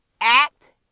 act